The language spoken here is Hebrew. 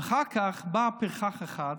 ואחר כך בא פרחח אחד,